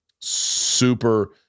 super